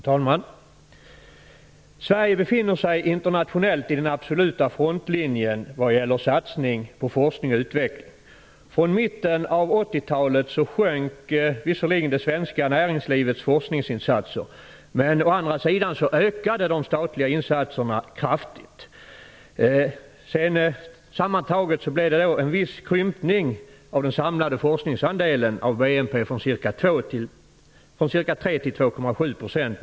Fru talman! Sverige befinner sig internationellt sett i den absoluta frontlinjen vad gäller satsning på forskning och utveckling. Från mitten av 80-talet minskade visserligen det svenska näringslivets forskningsinsatser, men å andra sidan ökade de statliga insatserna kraftigt. Sammantaget blev det en viss krympning av den samlade forskningsandelen av BNP från ca 3 % till 2,7 %.